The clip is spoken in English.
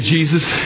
Jesus